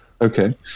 Okay